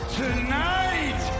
tonight